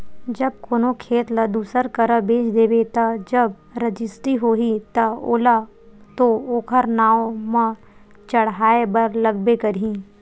जब कोनो खेत ल दूसर करा बेच देबे ता जब रजिस्टी होही ता ओला तो ओखर नांव म चड़हाय बर लगबे करही